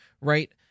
right